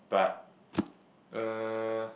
but uh